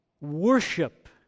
worship